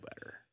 better